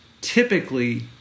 typically